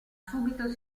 subito